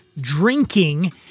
drinking